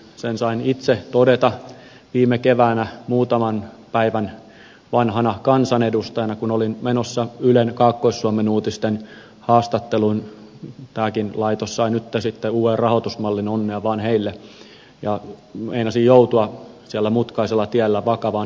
sen sain itse todeta viime keväänä muutaman päivän vanhana kansanedustajana kun olin menossa ylen kaakkois suomen uutisten haastatteluun tämäkin laitos sai nytten sitten uuden rahoitusmallin onnea vaan heille ja meinasin joutua siellä mutkaisella tiellä vakavaan hirvikolariin